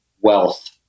wealth